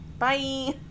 Bye